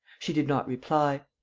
she did not reply.